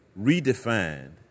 redefined